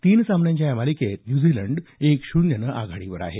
तीन सामन्यांच्या या मालिकेत न्यूझीलंड एक शून्यनं आघाडीवर आहे